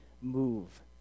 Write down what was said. move